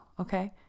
okay